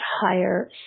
higher